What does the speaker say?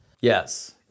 Yes